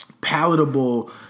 Palatable